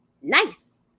nice